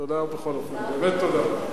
תודה, בכל אופן, באמת תודה.